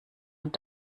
und